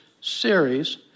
series